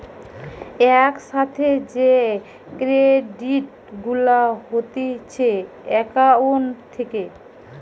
এক সাথে যে ক্রেডিট গুলা হতিছে একাউন্ট থেকে